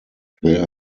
there